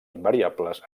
invariables